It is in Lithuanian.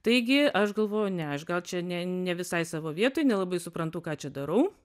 taigi aš galvoju ne aš gal čia ne ne visai savo vietoj nelabai suprantu ką čia darau